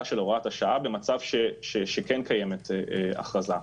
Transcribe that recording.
של הוראת השעה במצב שכן קיימת הכרזה.